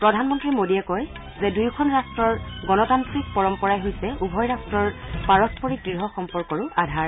প্ৰধানমন্ত্ৰী মোদীয়ে কয় যে দুয়োখন ৰাট্টৰ গণতান্ত্ৰিক পৰম্পৰাই হৈছে উভয় ৰাট্টৰ পাৰস্পৰিক দ্য় সম্পৰ্কৰো আধাৰ